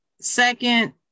Second